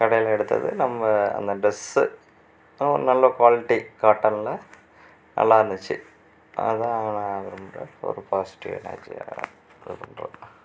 கடையில் எடுத்தது நம்ம அந்த ட்ரெஸு நல்ல குவாலிட்டி காட்டனில் நல்லாயிருந்துச்சி அதுதான் நான் ரொம்ப ஒரு பாசிட்டிவ் எனர்ஜியாக சொல்கிறேன்